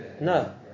No